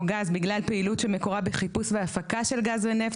גז בגלל פעילות שמקורה בחיפוש והפקה של גז או נפט",